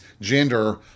gender